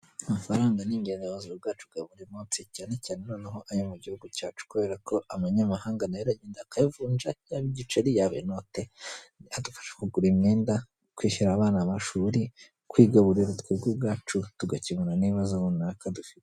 Amafaranga ni ingenzi mu buzima bwacu bwa buri munsi cyane cyane noneho ayo mu gihugu cyacu, kubera ko amanyamahanga nayo uragenda bakayavunja yaba igiceri yaba inote, kuko adufasha kugura imyenda, kwishyurira abana amashuri, kwigaburira twebwe ubwacu, tugakemura n'ibibazo runaka dufite.